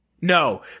No